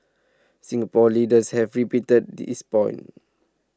Singapore leaders have repeated this point